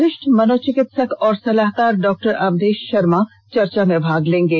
वरिष्ठ मनोचिकित्सक और सलाहकार डॉ अवधेश शर्मा चर्चा में भाग लेंगे